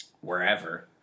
wherever